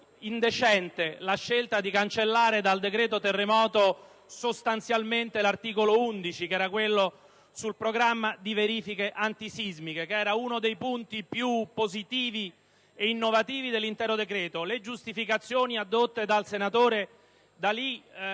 indecente la scelta di cancellare dal decreto terremoto sostanzialmente l'articolo 11, che era quello sul programma di verifiche antisismiche, uno dei punti più positivi e innovativi dell'intero decreto. Le giustificazioni addotte dal senatore D'Alì